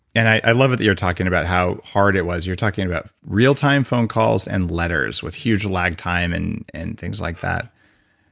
and i love it that you're talking about how hard it was. you're talking about real time phone calls and letters with huge lag time, and and things like that.